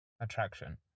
attraction